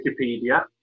Wikipedia